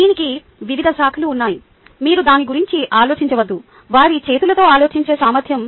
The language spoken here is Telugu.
దీనికి వివిధ శాఖలు ఉన్నాయి మీరు దాని గురించి ఆలోచించవచ్చు వారి చేతులతో ఆలోచించే సామర్థ్యం